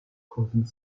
causing